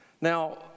Now